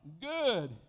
Good